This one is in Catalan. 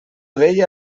deia